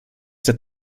that